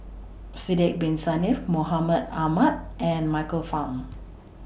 Sidek Bin Saniff Mahmud Ahmad and Michael Fam